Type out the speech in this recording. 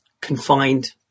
confined